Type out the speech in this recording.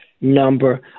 number